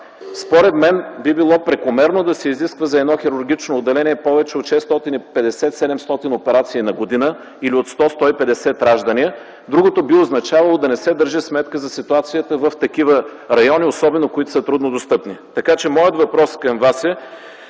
Според мен би било прекомерно да се изискват за едно хирургично отделение повече от 650-700 операции на година или 100-150 раждания, другото би означавало да не се държи сметка за ситуацията в такива райони, особено които са трудно достъпни. Моят въпрос към Вас е: